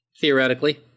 Theoretically